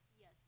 Yes